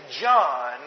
John